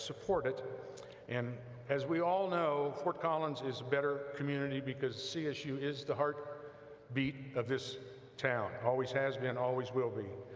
support it and as we all know fort collins is better community because csu is the heartbeat of this town always has been, always will be.